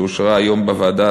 שאושרה היום בוועדה,